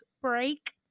break